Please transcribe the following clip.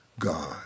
God